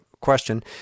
question